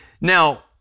Now